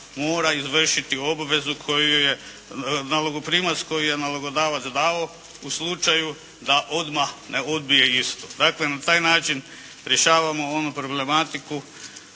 mora izvršiti obvezu koju je nalogoprimac koju je nalogodavac dao u slučaju da odmah ne odbije istu. Dakle, na taj način rješavamo onu problematiku